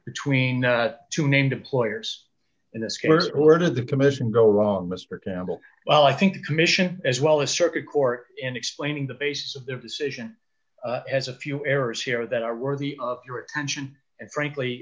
between two named deployers and the skirt of the commission go wrong mr campbell well i think the commission as well as circuit court in explaining the basis of their decision as a few errors here that are worthy of your attention and frankly